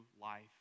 life